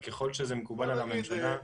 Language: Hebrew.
כך לאפשר להם הכנסה של מדריכים.